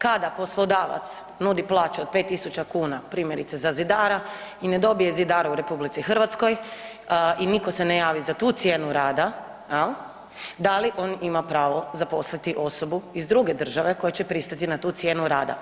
Kada poslodavac nudi plaću od 5.000 kuna primjerice za zidara i ne dobije zidara u RH i nitko se ne javi za tu cijenu rada, jel, da li on ima pravo zaposliti osobu iz druge države koja će pristati na tu cijenu rada?